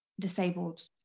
disabled